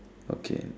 okay